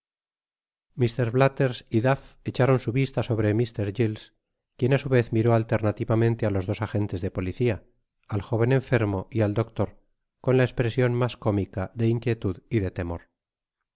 blathers y duff flecharon su vista sobre mr giles quien á su vez miró alternativamente á los dos agentes de policia al joven enfermo y al doctor con la espresion mas cómica de inquietud y de temor